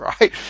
right